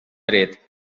dret